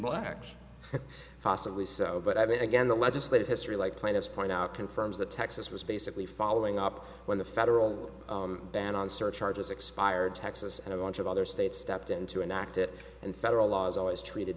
black possibly so but i mean again the legislative history like plaintiffs point out confirms that texas was basically following up when the federal ban on surcharges expired texas and launch of other states stepped in to enact it and federal laws always treated